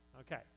Okay